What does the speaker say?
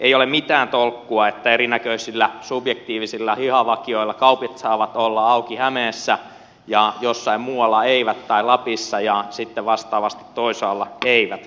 ei ole mitään tolkkua että erinäköisillä subjektiivisilla hihavakioilla kaupat saavat olla auki hämeessä ja jossain muualla eivät tai lapissa ja sitten vastaavasti toisaalla eivät